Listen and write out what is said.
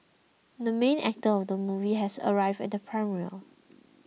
the main actor of the movie has arrived at premiere